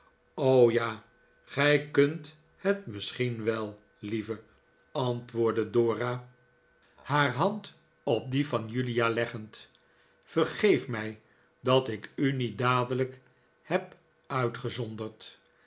ja gij kunt het misschien wel lieve antwoordde dora haar hand op die van rty vert herd door jaloezie julia leggend vergeef mij dat ik u niet dadelijk heb uitgezonderd